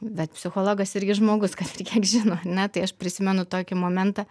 bet psichologas irgi žmogus kad ir kiek žino ar ne tai aš prisimenu tokį momentą